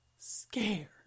Scared